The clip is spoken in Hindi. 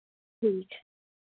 ठीक है